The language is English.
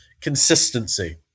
consistency